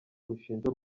bushinja